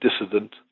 dissident